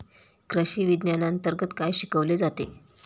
कृषीविज्ञानांतर्गत काय शिकवले जाते?